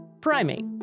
Primate